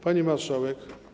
Pani Marszałek!